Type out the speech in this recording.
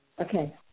okay